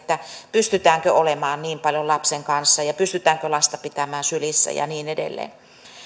pystytäänkö olemaan niin paljon lapsen kanssa ja pystytäänkö lasta pitämään sylissä ja niin edelleen